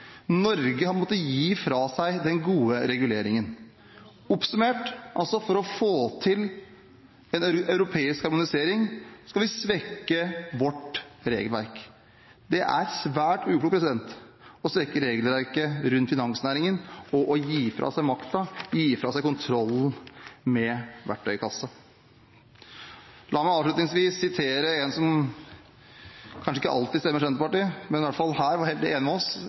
Norge har måttet gi fra seg den gode reguleringen.» For å få til en europeisk administrering skal vi altså svekke vårt regelverk. Det er svært uklokt å svekke regelverket for finansnæringen og gi fra seg makten og kontrollen med verktøykassen. La meg avslutningsvis sitere en som kanskje ikke alltid stemmer Senterpartiet, men som i hvert fall var helt enig med oss